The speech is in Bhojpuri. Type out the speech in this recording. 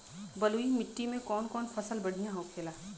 बलुई मिट्टी में कौन कौन फसल बढ़ियां होखेला?